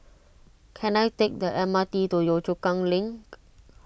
can I take the M R T to Yio Chu Kang Link